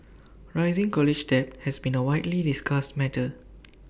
rising college debt has been A widely discussed matter